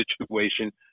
situation